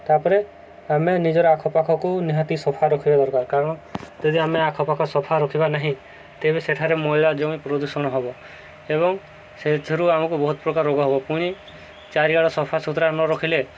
ତାପରେ ଆମେ ନିଜର ଆଖପାଖକୁ ନିହାତି ସଫା ରଖିବା ଦରକାର କାରଣ ଯଦି ଆମେ ଆଖପାଖ ସଫା ରଖିବା ନାହିଁ ତେବେ ସେଠାରେ ମଇଳା ଜମି ପ୍ରଦୂଷଣ ହେବ ଏବଂ ସେଥିରୁ ଆମକୁ ବହୁତ ପ୍ରକାର ରୋଗ ହେବ ପୁଣି ଚାରିଆଡ଼ ସଫା ସୁୁତୁରା ନ ରଖିଲେ